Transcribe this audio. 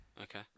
Okay